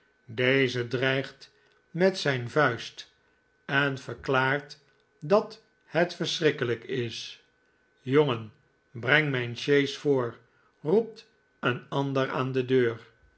deze dreigt met zijn vuist en verklaart dat het verschrikkelijk is jongen breng mijn sjees voor roept een ander aan de deur